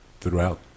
throughout